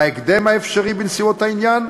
בהקדם האפשרי בנסיבות העניין,